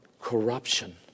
corruption